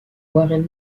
warren